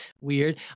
Weird